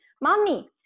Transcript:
Mommy